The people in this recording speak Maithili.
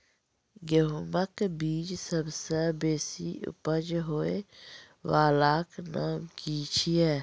गेहूँमक बीज सबसे बेसी उपज होय वालाक नाम की छियै?